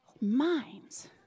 minds